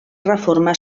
reforma